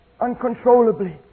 uncontrollably